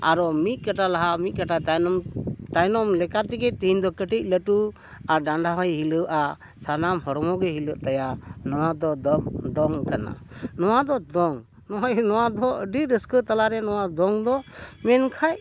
ᱟᱨᱚ ᱢᱤᱫ ᱠᱟᱴᱟ ᱞᱟᱦᱟ ᱢᱤᱫ ᱠᱟᱴᱟ ᱛᱟᱭᱱᱚᱢ ᱛᱟᱭᱱᱚᱢ ᱞᱮᱠᱟ ᱛᱮᱜᱮ ᱛᱮᱦᱮᱧ ᱫᱚ ᱠᱟᱹᱴᱤᱡ ᱞᱟᱹᱴᱩ ᱟᱨ ᱰᱟᱸᱰᱟ ᱦᱚᱸᱭ ᱦᱤᱞᱟᱹᱣᱟ ᱥᱟᱱᱟᱢ ᱦᱚᱲᱢᱚ ᱜᱮ ᱦᱤᱞᱟᱹᱜ ᱛᱟᱭᱟ ᱱᱚᱣᱟ ᱫᱚᱝ ᱠᱟᱱᱟ ᱱᱚᱣᱟ ᱫᱚ ᱫᱚᱝ ᱱᱚᱜᱼᱚᱭ ᱱᱚᱣᱟ ᱫᱚ ᱟᱹᱰᱤ ᱨᱟᱹᱥᱠᱟᱹ ᱛᱟᱞᱟ ᱨᱮ ᱱᱚᱣᱟ ᱫᱚᱝ ᱫᱚ ᱢᱮᱱᱠᱷᱟᱱ